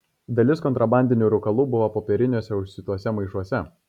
dalis kontrabandinių rūkalų buvo popieriniuose užsiūtuose maišuose